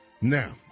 Now